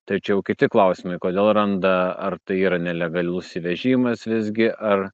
tai čia jau kiti klausimai kodėl randa ar tai yra nelegalus įvežimas visgi ar